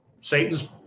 Satan's